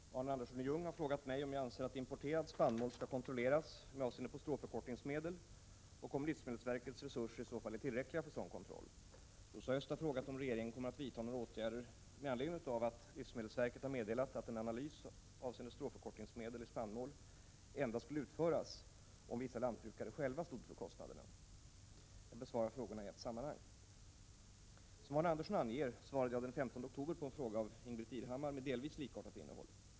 Herr talman! Arne Andersson i Ljung har frågat mig om jag anser att importerad spannmål skall kontrolleras med avseende på stråförkortningsmedel och om livsmedelsverkets resurser i så fall är tillräckliga för sådan kontroll. Rosa Östh har frågat mig om regeringen kommer att vidta några åtgärder med anledning av att livsmedelsverket har meddelat att en analys avseende stråförkortningsmedel i spannmål skulle utföras endast om vissa lantbrukare själva stod för kostnaderna. Jag besvarar frågorna i ett sammanhang. Som Arne Andersson anger svarade jag den 15 oktober på en fråga av Ingbritt Irhammar med delvis likartat innehåll.